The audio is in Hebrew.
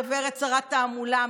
גברת שרת תעמולה,